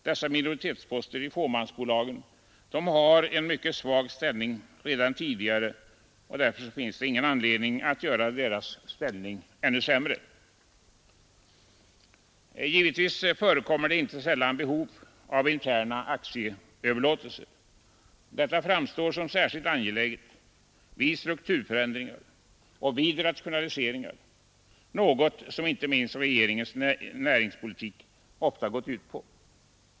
Dessa minoritetsposter i fåmansbolagen har redan tidigare en mycket svag ställning, och därför finns det ingen anledning att göra deras ställning ännu sämre. Givetvis förekommer det inte sällan behov av interna aktieöverlåtelser. Detta framstår som särskilt angeläget vid strukturförändringar och vid rationaliseringar, något som inte minst regeringens näringspolitik ofta gått ut på.